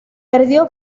perdió